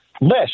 list